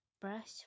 Brush